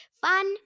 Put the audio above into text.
Fun